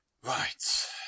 Right